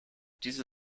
diese